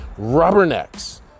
Rubbernecks